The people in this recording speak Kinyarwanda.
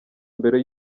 mbere